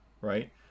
Right